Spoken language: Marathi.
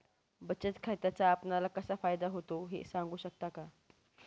बचत खात्याचा आपणाला कसा फायदा होतो? सांगू शकता का?